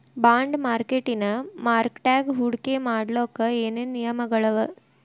Bond ಮಾರ್ಕೆಟಿನ್ ಮಾರ್ಕಟ್ಯಾಗ ಹೂಡ್ಕಿ ಮಾಡ್ಲೊಕ್ಕೆ ಏನೇನ್ ನಿಯಮಗಳವ?